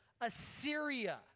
Assyria